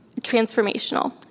transformational